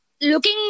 looking